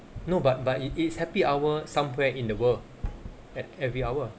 no but but it it's happy hour somewhere in the world at every hour